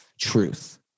truth